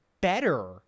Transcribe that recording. better